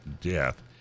death